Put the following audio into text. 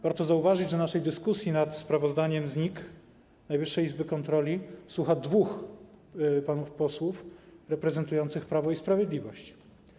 Warto zauważyć, że naszej dyskusji nad sprawozdaniem z działalności NIK, Najwyższej Izby Kontroli, słucha dwóch panów posłów reprezentujących Prawo i Sprawiedliwość.